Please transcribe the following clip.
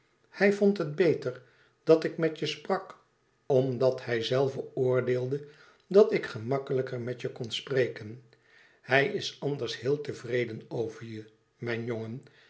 hij vond het beter dat ik met je sprak omdat hijzelve oordeelde dat ik gemakkelijker met je kon spreken hij is anders heel tevreden over je mijn jongen